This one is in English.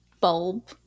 bulb